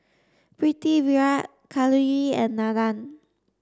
Pritiviraj Kalluri and Nandan